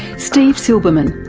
steve silberman,